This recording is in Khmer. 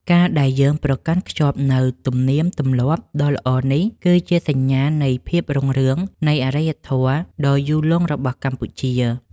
ការដែលយើងប្រកាន់ខ្ជាប់នូវទំនៀមទម្លាប់ដ៏ល្អនេះ គឺជាសញ្ញាណនៃភាពរុងរឿងនៃអរិយធម៌ដ៏យូរលង់របស់កម្ពុជា។